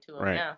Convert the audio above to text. right